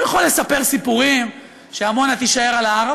הוא יכול לספר סיפורים שעמונה תישאר על ההר,